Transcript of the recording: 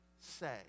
say